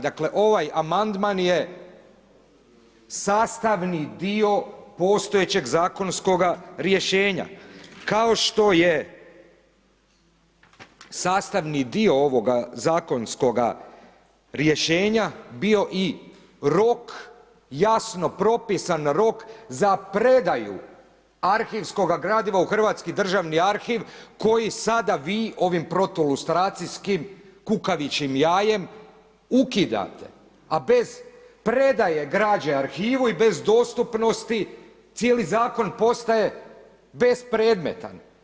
Dakle, ovaj amandman je sastavni dio postojećeg zakonskoga rješenja, kao što je sastavni dio ovoga zakonskoga rješenja bio i rok, jasno propisan rok za predaju arhivskoga gradiva u hrvatski državni arhiv koji sada vi ovim protulustracijskim kukavičjim jajem ukidate, a bez predaja građe arhivu i bez dostupnosti cijeli Zakon postaje bespredmetan.